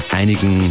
einigen